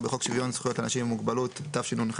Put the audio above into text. בחוק שוויון זכויות לאנשים עם מוגבלות התשנ"ח-1998,